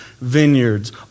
vineyards